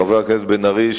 חבר הכנסת בן-ארי,